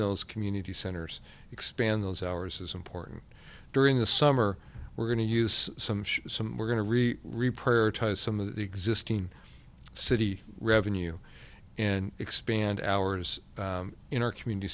those community centers expand those hours is important during the summer we're going to use some some we're going to re re prioritize some of the existing city revenue and expand ours in our community